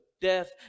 death